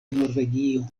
norvegio